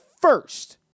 first